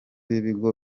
b’ibigo